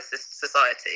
society